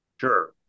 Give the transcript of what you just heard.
Sure